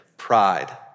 pride